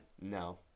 No